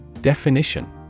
Definition